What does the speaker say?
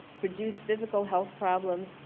produce physical health problems,